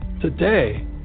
Today